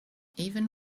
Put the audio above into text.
even